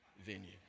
venue